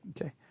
Okay